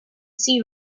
see